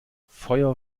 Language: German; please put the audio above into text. feuer